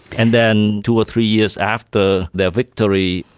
and then two or three years after the victory,